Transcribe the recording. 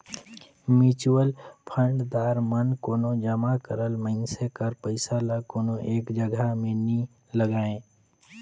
mutual fund दार मन कोनो जमा करल मइनसे कर पइसा ल कोनो एक जगहा में नी लगांए